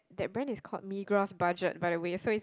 that brand is called Migros budget by the way so is